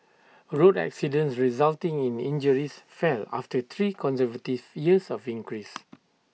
road accidents resulting in injuries fell after three consecutive years of increase